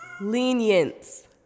Lenience